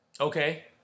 Okay